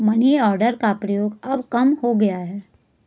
money order का प्रयोग अब कम हो गया है